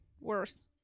worse